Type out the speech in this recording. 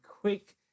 quick